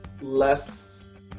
less